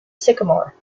sycamore